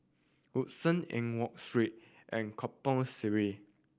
Western Eng Watt Street and Kampong Sireh